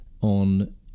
on